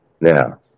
now